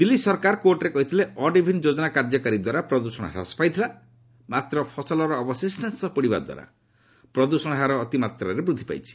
ଦିଲ୍ଲୀ ସରକାର କୋର୍ଟରେ କହିଥିଲେ ଅଡ୍ ଇଭିନ୍ ଯୋଜନା କାର୍ଯ୍ୟକାରୀଦ୍ୱାରା ପ୍ରଦୂଷଣ ହ୍ରାସ ପାଇଥିଲା ମାତ୍ର ଫସଲର ଅବଶିଷ୍ଟାଂଶ ପୋଡ଼ିବା ଦ୍ୱାରା ପ୍ରଦୃଷଣ ହାର ଅତିମାତ୍ରାରେ ବୃଦ୍ଧି ପାଇଛି